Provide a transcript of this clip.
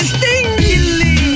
Stingy